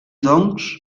doncs